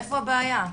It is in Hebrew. איפה הבעיה?